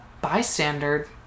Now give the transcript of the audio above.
bystander